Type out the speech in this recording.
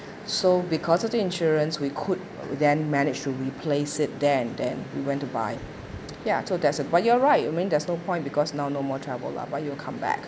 so because of the insurance we could then managed to replace it then then we went to buy ya that's but you're right I mean there's no point because now no more travel lah but it will come back